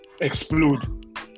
explode